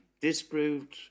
disproved